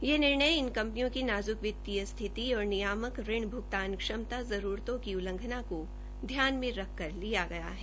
यह निर्णय इन कंपनियों का नाज्क वित्तीय स्थिति और नियामक ऋण भ्गतान क्षमता जरूरतों की उल्लंघना को घ्यान में रखकर लिया गया है